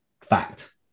Fact